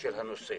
של הנושא.